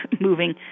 moving